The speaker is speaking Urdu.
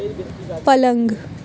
پلنگ